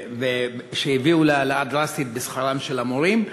שהביאו להעלאה דרסטית בשכרם של המורים.